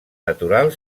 natural